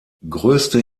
größte